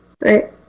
right